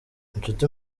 inshuti